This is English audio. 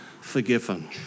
forgiven